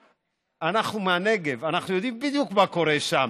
אנחנו מהנגב, אנחנו יודעים בדיוק מה קורה שם.